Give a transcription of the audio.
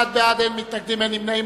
בעד, 61, אין מתנגדים, אין נמנעים.